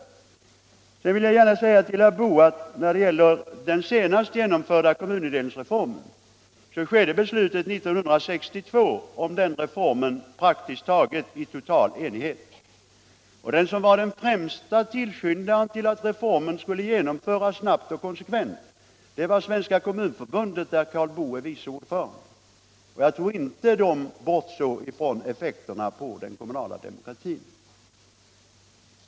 Till herr Boo vill jag gärna säga att när det gäller den senast genomförda kommunindelningsreformen så fattades beslutet 1962 i praktiskt taget total enighet. Den främste förespråkaren för att reformen skulle genomföras snabbt och konsekvent var Svenska kommunförbundet, där Karl Boo var vice ordförande. Jag tror inte att Kommunförbundet bortsåg från effekterna på den kommunala demokratin.